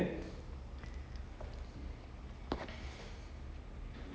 oh no I think no no I think they're married they're married and then they taking care of the child together